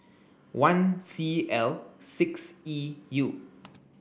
one C L six E U